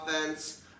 offense